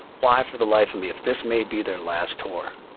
why, for the life of me, if this may be their last tour,